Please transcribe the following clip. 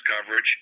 coverage